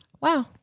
Wow